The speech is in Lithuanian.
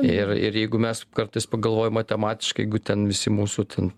ir ir jeigu mes kartais pagalvojam matematiškai jeigu ten visi mūsų ten